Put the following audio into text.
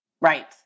Right